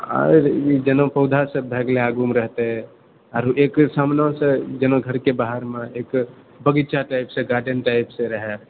आर ई जेना पौधा सब भए गेलए आगूँमे रहतए आ एकबेर सामनासंँ जेना घरके बाहरमे एक बगीचा टाइपसँ गार्डन टाइपसंँ रहए